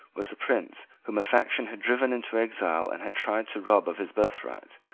was the prince whom a faction had driven into exile and had tried to rob of his birthright,